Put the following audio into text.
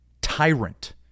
tyrant